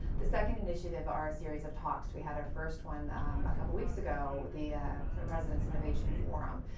the second initiative are a series of talks. we had our first one a couple of weeks ago. the resident's innovation forum.